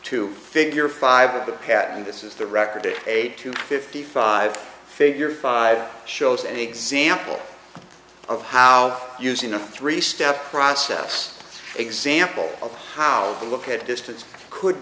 to figure five of the patent this is the record in a two fifty five figure five shows an example of how using a three step process example of how to look at a distance could